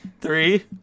Three